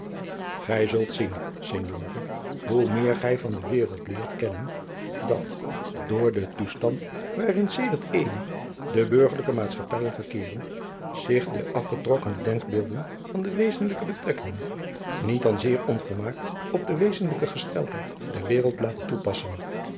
gij zult zien signore hoe meer gij van de wereld leert kennen dat door den toestand waarin sedert eeuwen de burgerlijke maatschappijen verkeeren zich de afgetrokkene denkbeelden van de wezenlijke betrekkingen niet dan zeer onvolmaakt op de wezenlijke gesteldheid der wereld laten toepassen